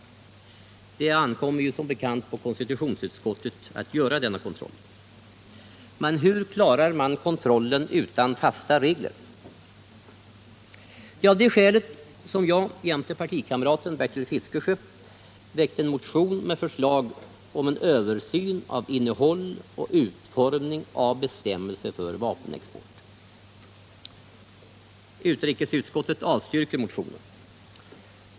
Det ankommer som bekant på konstitutionsutskottet att göra denna kontroll. Men hur klarar man kontrollen utan fasta regler? Av dessa skäl har jag tillsammans med partikamraten Bertil Fiskesjö väckt en motion med förslag om en översyn av innehållet i och utformningen av bestämmelserna för vapenexport. Utrikesutskottet avstyrker motionen.